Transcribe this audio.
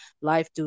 Life